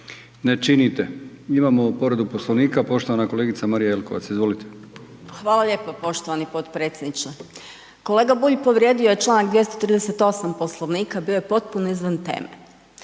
ne činite. Imamo povredu Poslovnika. Poštovana kolegica Marija Jelkovac. **Jelkovac, Marija (HDZ)** Hvala lijepo poštovani potpredsjedniče. Kolega Bulj povrijedio je Članak 238. Poslovnika, bio je potpuno izvan teme.